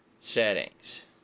settings